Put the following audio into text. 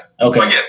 Okay